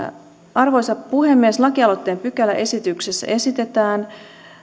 arvoisa puhemies lakialoitteen pykäläesityksessä esitetään